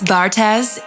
Bartez